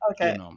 Okay